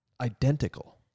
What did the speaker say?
identical